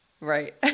Right